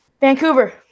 Vancouver